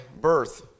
birth